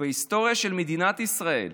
שבהיסטוריה של מדינת ישראל